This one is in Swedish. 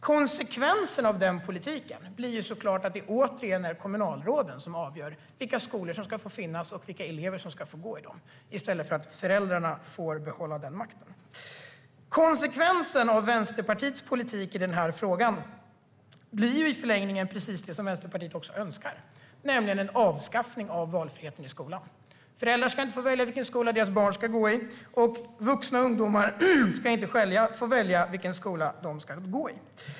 Konsekvensen av den politiken blir såklart att det återigen är kommunalråden som avgör vilka skolor som ska få finnas och vilka elever som ska få gå i dem i stället för att föräldrarna får behålla den makten. Konsekvensen av Vänsterpartiets politik i den här frågan blir i förlängningen precis det som Vänsterpartiet också önskar, nämligen ett avskaffande av valfriheten i skolan. Föräldrar ska inte få välja vilken skola deras barn ska gå i. Vuxna ungdomar ska inte själva få välja vilken skola de ska gå i.